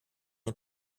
den